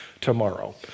tomorrow